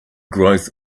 growth